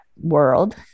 World